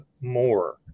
more